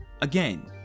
Again